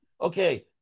okay